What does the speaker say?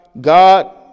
God